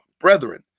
brethren